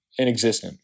inexistent